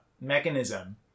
mechanism